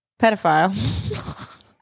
Pedophile